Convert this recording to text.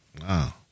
Wow